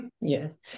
Yes